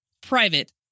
private